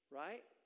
right